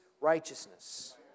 righteousness